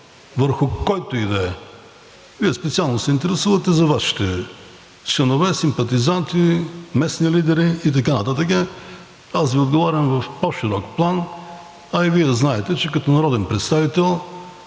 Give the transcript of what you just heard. върху когото и да е. Вие специално се интересувате за Вашите членове – симпатизанти, местни лидери и така нататък. Аз Ви отговарям в по-широк план, а и Вие знаете, че като народен представител